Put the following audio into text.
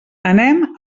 anem